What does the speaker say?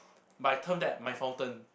but I turned back my fountain